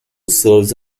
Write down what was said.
serves